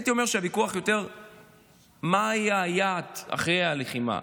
הייתי אומר שהוויכוח הוא יותר מה יהיה היעד אחרי הלחימה.